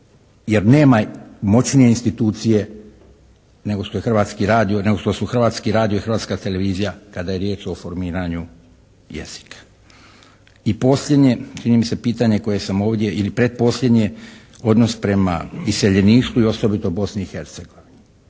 je Hrvatski radio. Nego što su Hrvatski radio i Hrvatska televizija kada je riječ o formiranju jezika. I posljednje čini mi se pitanje koje sam ovdje ili pretposljednje odnos prema iseljeništvu i osobito Bosni i Hercegovini.